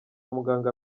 muganga